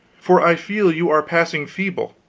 for i feel you are passing feeble.